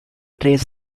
trace